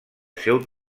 seu